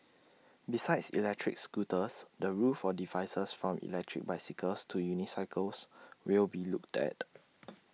besides electric scooters the rules for devices from electric bicycles to unicycles will be looked at